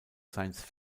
science